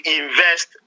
invest